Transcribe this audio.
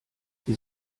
sie